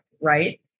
right